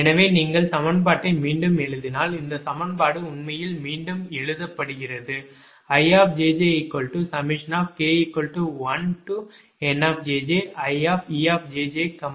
எனவே நீங்கள் சமன்பாட்டை மீண்டும் எழுதினால் இந்த சமன்பாடு உண்மையில் மீண்டும் எழுதப்படுகிறது Ijjk1Niejjk